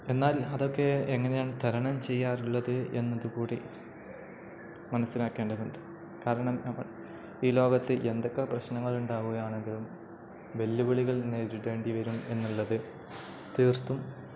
എന്നാൽ അതൊക്കെ എങ്ങനെയാണു തരണം ചെയ്യാറുള്ളത് എന്നതുകൂടി മനസ്സിലാക്കേണ്ടതുണ്ട് കാരണം നമ്മൾ ഈ ലോകത്ത് എന്തൊക്കെ പ്രശ്നങ്ങളുണ്ടാവുകയാണെങ്കിലും വെല്ലുവിളികൾ നേരിടേണ്ടിവരും എന്നുള്ളതു തീർത്തും